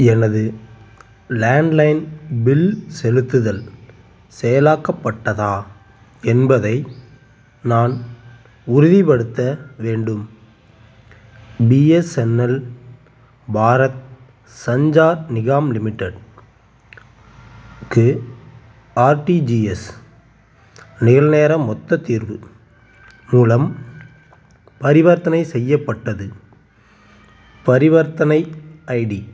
எனது landline bill செலுத்துதல் செயலாக்கப்பட்டதா என்பதை நான் உறுதிப்படுத்த வேண்டும் பிஎஸ்என்எல் பாரத் சஞ்சார் நிகாம் லிமிடெட் க்கு ஆர்டிஜிஎஸ் நிகழ்நேர மொத்தத் தீர்வு மூலம் பரிவர்த்தனை செய்யப்பட்டது பரிவர்த்தனை ஐடி